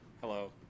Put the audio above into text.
hello